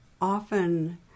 often